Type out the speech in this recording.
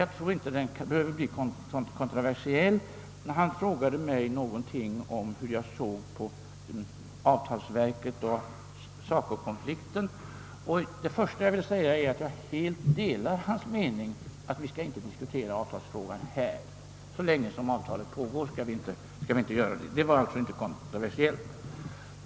Jag tror emellertid inte att frågan är kontroversiell. Herr Ohlin frågade mig hur jag såg på avtalsverket och SACO-konflikten. För det första vill jag säga att jag helt delar hans mening att vi inte skall dis kutera avtalsfrågan här så länge konflikten pågår. På denna punkt finns det alltså ingenting kontroversiellt.